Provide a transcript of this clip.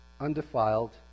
undefiled